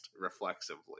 reflexively